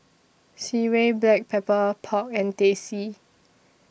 Sireh Black Pepper Pork and Teh C